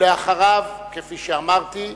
ואחריה, כפי שאמרתי,